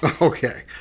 Okay